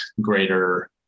greater